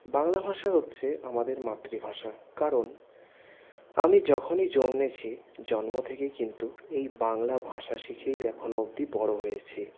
বাংলা ভাষা হচ্ছে আমাদের মাতৃভাষা কারণ আমি যখনই জন্মেছি জন্ম থেকেই কিন্তু এই বাংলা ভাষা শিখেই এখনও অবধি বড় হয়েছি